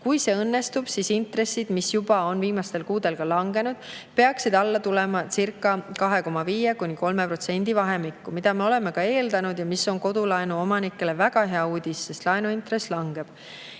Kui see õnnestub, siis intressid, mis juba on viimastel kuudel langenud, peaksid tulema allacirca2,5–3% vahemikku. Seda me oleme eeldanud ja see on kodulaenuomanikele väga hea uudis, sest laenu intress langeb.